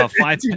five